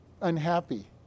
unhappy